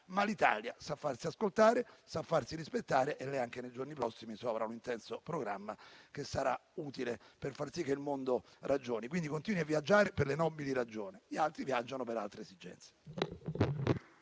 ma l'Italia sa farsi ascoltare e rispettare. So che anche nei prossimi giorni la attende un intenso programma che sarà utile per far sì che il mondo ragioni. Continui quindi a viaggiare per le nobili ragioni. Gli altri viaggiano per altre esigenze.